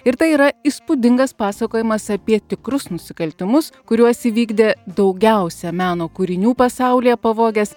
ir tai yra įspūdingas pasakojimas apie tikrus nusikaltimus kuriuos įvykdė daugiausiai meno kūrinių pasaulyje pavogęs